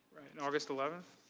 and august eleven.